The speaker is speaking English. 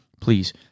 please